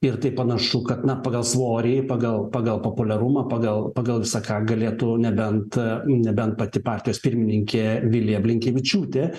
ir tai panašu kad na pagal svorį pagal pagal populiarumą pagal pagal visą ką galėtų nebent nebent pati partijos pirmininkė vilija blinkevičiūtė